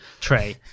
tray